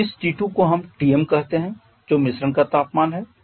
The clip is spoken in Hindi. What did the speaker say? तो इस T2 को हम Tm कहते हैं जो मिश्रण का तापमान है